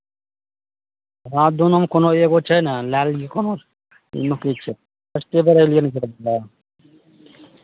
हँ दुनूमे कोनो एगो छै ने लए लेबै कोनो ओहिमे की छै फर्स्टे बेर एलियै हइ ने बूथपर